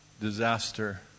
disaster